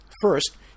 First